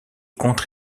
contre